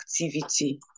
activity